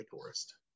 tourist